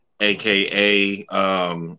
Aka